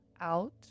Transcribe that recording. out